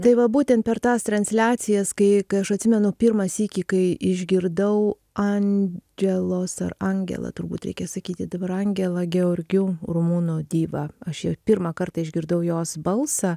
tai va būtent per tas transliacijas kai kai aš atsimenu pirmą sykį kai išgirdau andželos ar angela turbūt reikia sakyti dabar angela gheorghiu rumunų diva aš ją pirmą kartą išgirdau jos balsą